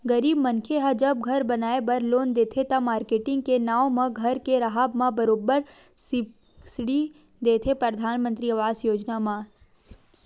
गरीब मनखे ह जब घर बनाए बर लोन देथे त, मारकेटिंग के नांव म घर के राहब म बरोबर सब्सिडी देथे परधानमंतरी आवास योजना म